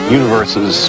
universes